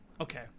okay